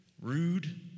rude